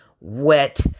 wet